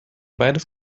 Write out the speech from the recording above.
beides